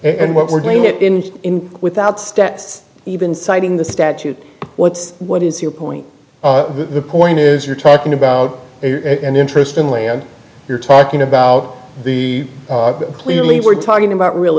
and what we're doing it in without stets even citing the statute what's what is your point the point is you're talking about an interest in land you're talking about the clearly we're talking about real